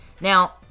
Now